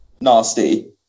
nasty